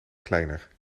kleiner